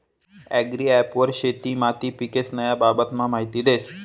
agri app वर शेती माती पीकेस्न्या बाबतमा माहिती देस